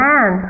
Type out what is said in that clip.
Man